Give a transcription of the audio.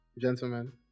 gentlemen